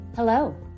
Hello